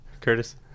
curtis